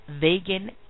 Vegan